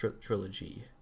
trilogy